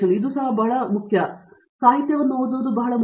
ಇದು ಬಹಳ ಮುಖ್ಯ ಮತ್ತು ಸಾಹಿತ್ಯವನ್ನು ಓದುವುದು ಬಹಳ ಮುಖ್ಯ